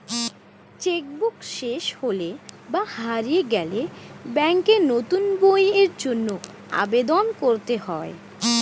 check book শেষ হলে বা হারিয়ে গেলে ব্যাঙ্কে নতুন বইয়ের জন্য আবেদন করতে হয়